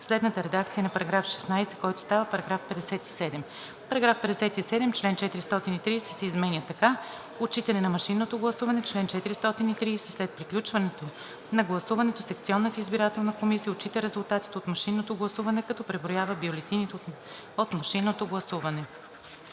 следната редакция на § 16, който става § 57: „§ 57. Член 430 се изменя така: „Отчитане на машинното гласуване „Чл. 430. След приключване на гласуването секционната избирателна комисия отчита резултатите от машинното гласуване, като преброява бюлетините от машинното гласуване.“